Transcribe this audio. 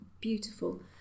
beautiful